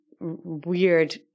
weird